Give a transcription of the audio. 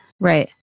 right